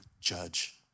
judge